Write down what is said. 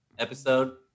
episode